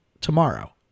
tomorrow